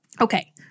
Okay